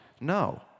No